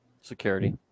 Security